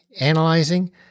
analyzing